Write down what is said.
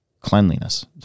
cleanliness